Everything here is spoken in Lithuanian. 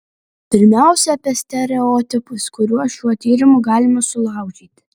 pirmiausia apie stereotipus kuriuos šiuo tyrimu galima sulaužyti